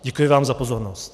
Děkuji vám za pozornost.